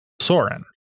Soren